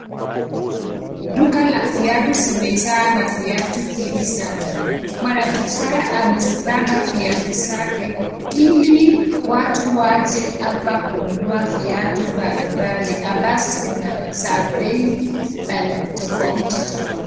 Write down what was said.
Duka la viatu zimejaa na viatu vingi sana mwana biashara emezipanga viatu zake, ili watu waje wanunua viatu mbalimbali ambazo zinabei tofauti tofauti.